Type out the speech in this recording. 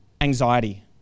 anxiety